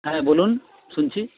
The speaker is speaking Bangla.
হ্যাঁ বলুন শুনছি